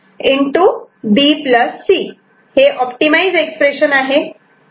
B C हे optimise expression आहे